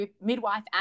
midwife